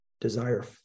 Desire